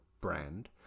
brand